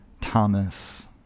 thomas